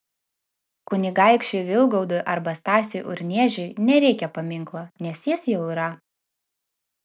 kunigaikščiui vilgaudui arba stasiui urniežiui nereikia paminklo nes jis jau yra